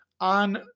on